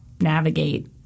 navigate